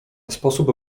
sposób